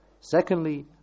Secondly